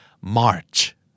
march